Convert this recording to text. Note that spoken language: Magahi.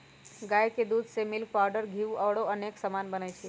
गाई के दूध से मिल्क पाउडर घीउ औरो अनेक समान बनै छइ